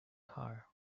car